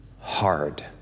hard